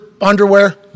underwear